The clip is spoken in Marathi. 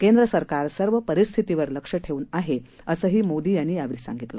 केंद्र सरकार सर्व परिस्थिती वर लक्ष ठेवून आहे असंही मोदी यांनी सांगितलं